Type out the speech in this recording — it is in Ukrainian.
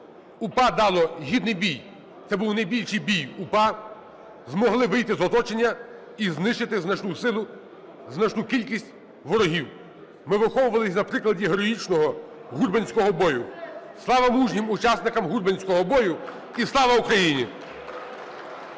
УПА дало гідний бій. Це був найбільший бій УПА, змогли вийти з оточення і знищити значну сили… значну кількість ворогів. Ми виховувались на прикладі героїчного гурбенського бою. Слава мужнім учасникам гурбенського бою і слава Україні.